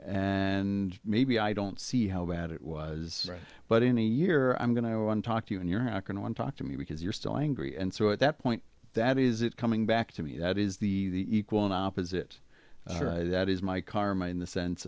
and maybe i don't see how bad it was but in a year i'm going to one talk to you and you're not going to talk to me because you're still angry and so at that point that is it coming back to me that is the equal and opposite that is my karma in the